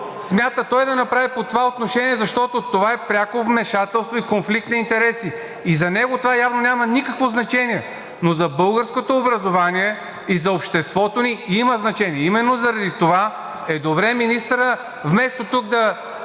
смята той да направи по това отношение, защото това е пряко вмешателство и конфликт на интереси? За него това явно няма никакво значение, но за българското образование и за обществото ни има значение. Именно заради това министърът, вместо тук да